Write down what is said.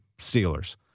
Steelers